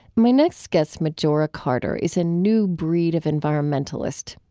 my next guest, majora carter, is a new breed of environmentalist,